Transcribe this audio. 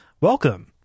welcome